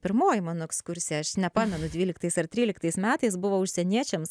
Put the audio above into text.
pirmoji mano ekskursija aš nepamenu dvyliktais ar tryliktais metais buvo užsieniečiams